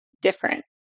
different